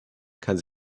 kann